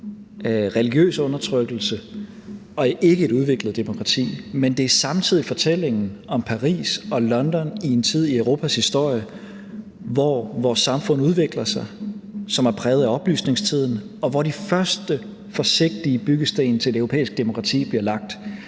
religiøs undertrykkelse og et ikkeudviklet demokrati, men det er samtidig fortællingen om Paris og London i en tid i Europas historie, hvor vores samfund udvikler sig, hvor vores samfund er præget af oplysningstiden, og hvor de første forsigtige byggesten til det europæiske demokrati bliver lagt,